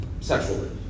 sexually